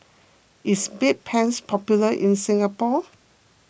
is Bedpans popular in Singapore